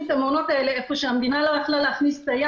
את המעונות האלה איפה שהמדינה לא יכלה להכניס את היד,